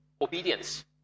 Obedience